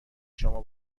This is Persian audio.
شما